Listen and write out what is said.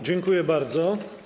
Dziękuję bardzo.